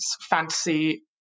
fantasy